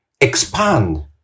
expand